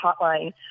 Hotline